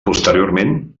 posteriorment